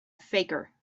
faker